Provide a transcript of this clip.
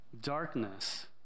Darkness